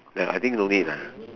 ya I think no need lah